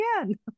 again